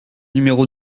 numéro